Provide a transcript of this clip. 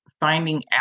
finding